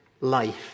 life